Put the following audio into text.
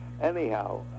Anyhow